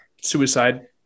suicide